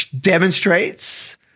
demonstrates